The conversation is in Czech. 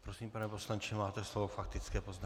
Prosím, pane poslanče, máte slovo k faktické poznámce.